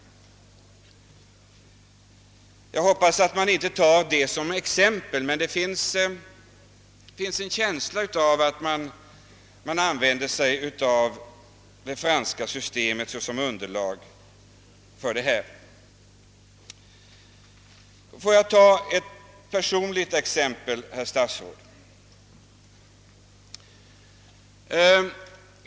Jag hoppas att man inte skall ta detta som förebild, men jag har en känsla av att man vill låta det franska systemet tjäna som underlag. Låt mig anföra ett exempel från min hemstad, herr statsråd!